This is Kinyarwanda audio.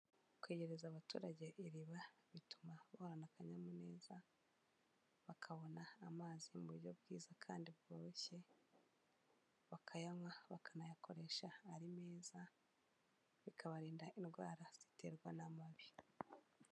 Kwegereza abaturage iriba, bituma bahorana akanyamuneza, bakabona amazi mu buryo bwiza kandi bworoshye, bakayanywa bakanayakoresha ari meza, bikabarinda indwara ziterwa n'amabi.